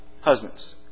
Husbands